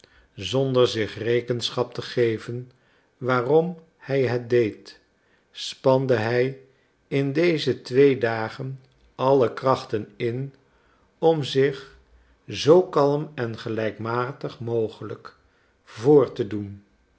zonder zich rekenschap te geven waarom hij het deed spande hij in deze twee dagen alle krachten in om zich zoo kalm en gelijkmatig mogelijk voor te doen